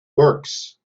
works